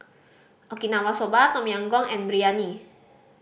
Okinawa Soba Tom Yam Goong and Biryani